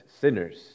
sinners